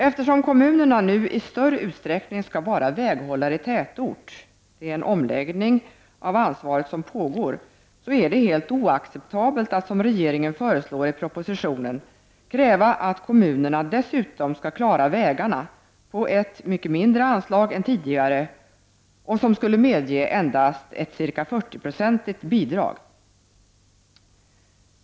Eftersom kommunerna nu i större utsträckning skall vara väghållare i tätort — det är en omläggning av ansvaret som pågår — är det helt oacceptabelt att, som regeringen föreslår i propositionen, kräva att kommunerna skall klara vägarna på anslag som är mycket mindre än tidigare och som skulle medge endast ett ca 40-procentigt bidrag.